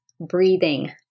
breathing